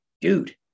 dude